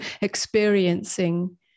experiencing